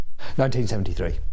1973